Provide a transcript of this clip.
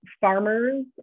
farmers